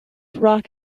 rock